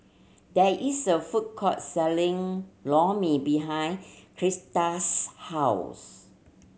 there is a food court selling Lor Mee behind Crista's house